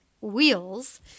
Wheels